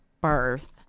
birth